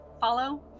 follow